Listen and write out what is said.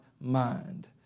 mind